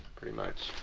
pretty much